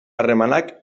harremanak